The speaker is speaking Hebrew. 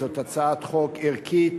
זאת הצעת חוק ערכית,